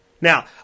Now